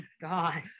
God